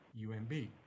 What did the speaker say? UMB